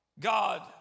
God